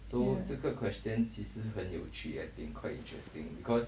yeah